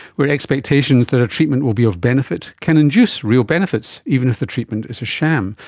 where expectations that a treatment will be of benefit can induce real benefits, even if the treatment is a sham,